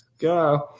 go